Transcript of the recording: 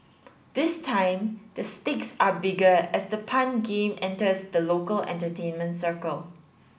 this time the stakes are bigger as the pun game enters the local entertainment circle